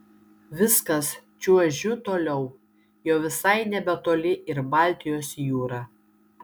viskas čiuožiu toliau jau visai nebetoli ir baltijos jūra